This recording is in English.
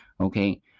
okay